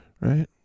right